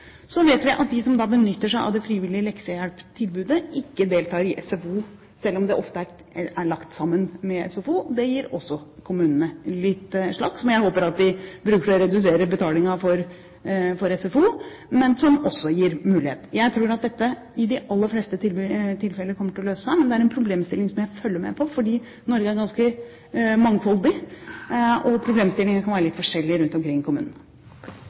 Så vet vi at de som benytter seg av det frivillige leksehjelptilbudet, ikke deltar i SFO, selv om det ofte er lagt sammen med SFO, og det gir også kommunene litt slakk, som jeg håper at de bruker til å redusere betalingen for SFO, men som også gir mulighet. Jeg tror at dette i de aller fleste tilfeller kommer til å løse seg, men det er en problemstilling som jeg følger med på, fordi Norge er ganske mangfoldig, og problemstillingene kan være litt forskjellige rundt omkring